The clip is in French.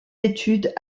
études